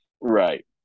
Right